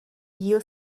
díl